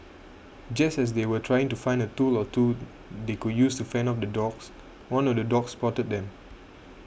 just as they were trying to find a tool or two they could use to fend off the dogs one of the dogs spotted them